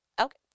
Okay